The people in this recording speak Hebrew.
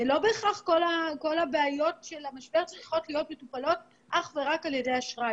לא בהכרח כל הבעיות של המשבר צריכות להיות מטופלות אך ורק על ידי אשראי,